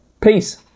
Peace